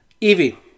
Evie